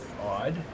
odd